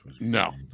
No